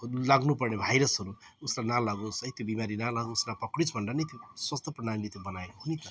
लाग्नुपर्ने भाइरसहरू उसलाई नलागोस् है त्यो बिमारी नलागोस् नपक्डियोस् भनेर नै त्यो स्वास्थ्य प्रणालीले त्यो बनाएको हो नि त